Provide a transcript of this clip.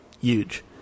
huge